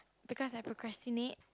because I procrastinate